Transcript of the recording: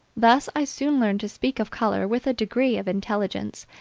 thus i soon learned to speak of color with a degree of intelligence,